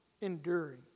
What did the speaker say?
enduring